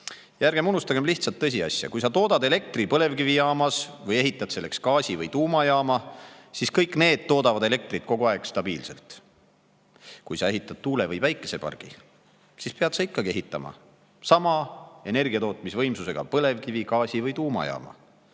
ärgem unustagem lihtsat tõsiasja. Kui sa toodad elektrit põlevkivijaamas või ehitad selleks gaasi‑ või tuumajaama, siis kõik need toodavad elektrit kogu aeg stabiilselt. Kui sa ehitad tuule‑ või päikesepargi, siis pead sa ikkagi ehitama ka sama energiatootmisvõimsusega põlevkivi‑, gaasi‑ või tuumajaama.